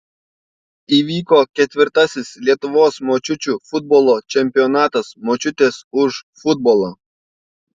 įvyko ketvirtasis lietuvos močiučių futbolo čempionatas močiutės už futbolą